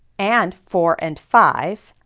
and four and five.